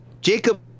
Jacob